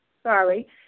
sorry